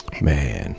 Man